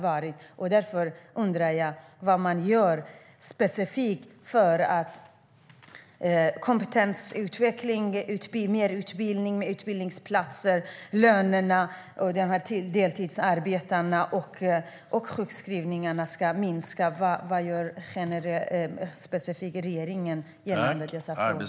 Vad gör man specifikt för att ge kompetensutveckling och mer utbildning, skapa utbildningsplatser, förbättra lönerna, se över deltidsarbete och minska sjukskrivningarna? Vad gör regeringen specifikt i dessa frågor?